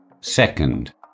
Second